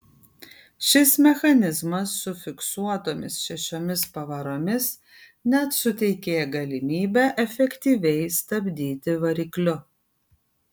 šis mechanizmas su fiksuotomis šešiomis pavaromis net suteikė galimybę efektyviai stabdyti varikliu